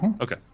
okay